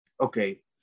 okay